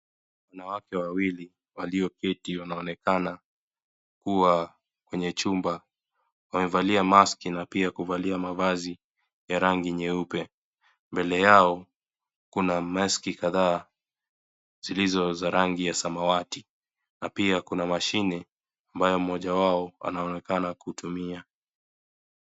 Wanawake wawili walioketi wanaonekana kuwa kwenye chumba wamevalia maski na pia kuvalia mavazi ya rangi nyeupe mbele yao kuna maski kadhaa zilizo za rangi ya samawati na pia kuna mashine ambayo moja wao anaonekana kutumia.